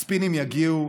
הספינים יגיעו,